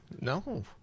No